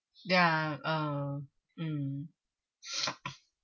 ya uh mm